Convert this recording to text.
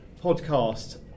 podcast